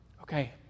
Okay